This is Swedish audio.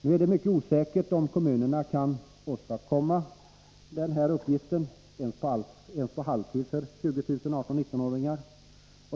Det är mycket osäkert om kommunerna kan åstadkomma dessa arbetstillfällen — ens på halvtid — för 20 000 18-19-åringar.